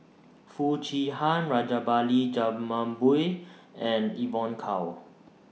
Foo Chee Han Rajabali Jumabhoy and Evon Kow